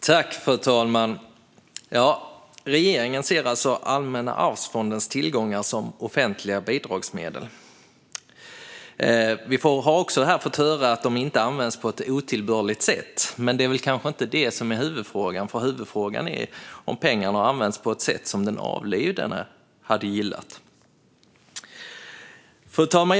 Fru talman! Regeringen ser alltså Allmänna arvsfondens tillgångar som offentliga bidragsmedel. Vi har också fått höra att medlen inte används på ett otillbörligt sätt, men det är kanske inte detta som är huvudfrågan. Huvudfrågan är om pengarna har använts på ett sätt som den avlidne hade gillat. Fru talman!